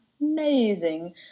amazing